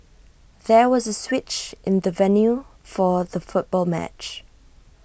there was A switch in the venue for the football match